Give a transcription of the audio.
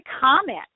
comment